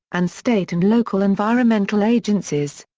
and state and local environmental agencies.